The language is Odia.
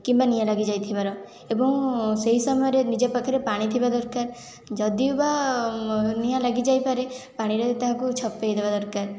କିମ୍ବା ନିଆଁ ଲାଗିଯାଇଥିବାର ଏବଂ ସେହି ସମୟରେ ନିଜ ପାଖରେ ପାଣି ଥିବା ଦରକାର ଯଦି ବା ନିଆଁ ଲାଗିଯାଇପରେ ପାଣିରେ ତାହାକୁ ଛପେଇ ଦେବା ଦରକାର